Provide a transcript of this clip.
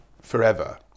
forever